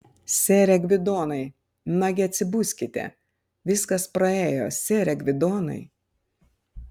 sere gvidonai nagi atsibuskite viskas praėjo sere gvidonai